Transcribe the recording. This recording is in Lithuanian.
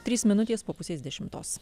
trys minutės po pusės dešimtos